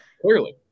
clearly